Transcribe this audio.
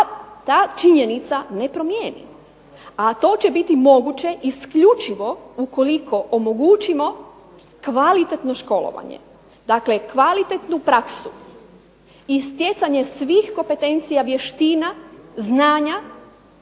ta činjenica ne promijeni, a to će biti moguće isključivo ukoliko omogućimo kvalitetno školovanje, dakle kvalitetnu praksu i stjecanje svih kompetencija, vještina, znanja